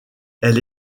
elle